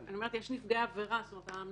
יש נפגעי עבירה, זה לא עניין של אינטרס פרטי.